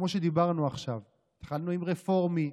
כמו שדיברנו עכשיו, התחלנו עם רפורמי,